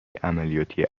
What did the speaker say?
عملیاتی